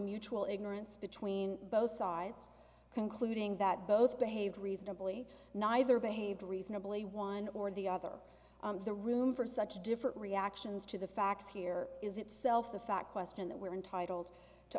mutual ignorance between both sides concluding that both behaved reasonably neither behaved reasonably one or the other the room for such different reactions to the facts here is itself the fact question that we're entitled to